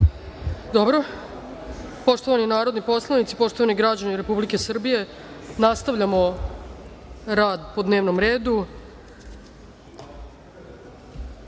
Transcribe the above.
Poštovani narodni poslanici, poštovani građani Republike Srbije, nastavljamo rad po dnevnom redu. Na